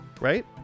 right